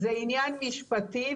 זה עניין משפטי,